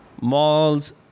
malls